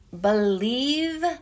believe